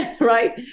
right